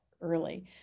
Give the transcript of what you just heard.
early